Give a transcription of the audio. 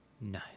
no